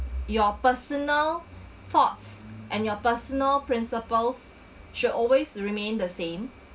your personal thoughts and your personal principals should always remain the same